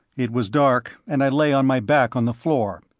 it was dark, and i lay on my back on the floor,